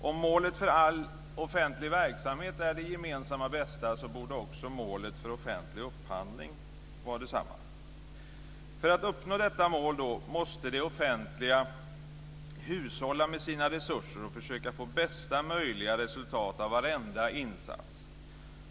Om målet för all offentlig verksamhet är det gemensamma bästa borde också målet för offentlig upphandling vara detsamma. För att uppnå detta mål måste det offentliga hushålla med sina resurser och försöka få bästa möjliga resultat av varenda insats.